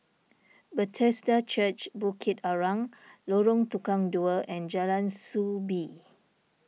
Bethesda Church Bukit Arang Lorong Tukang Dua and Jalan Soo Bee